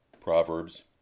Proverbs